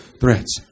threats